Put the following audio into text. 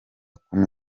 kumi